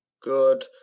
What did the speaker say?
good